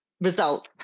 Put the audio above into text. results